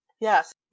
Yes